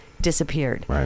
Disappeared